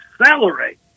accelerate